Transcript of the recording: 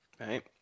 right